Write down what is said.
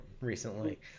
recently